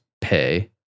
pay